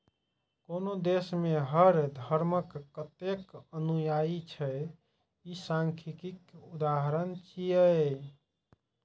कोनो देश मे हर धर्मक कतेक अनुयायी छै, ई सांख्यिकीक उदाहरण छियै